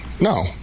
No